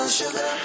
sugar